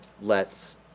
lets